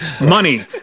money